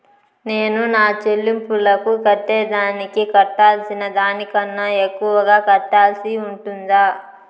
నేను నా సెల్లింపులకు కట్టేదానికి కట్టాల్సిన దానికన్నా ఎక్కువగా కట్టాల్సి ఉంటుందా?